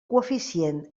coeficient